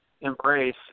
embrace